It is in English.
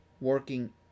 working